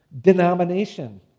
denomination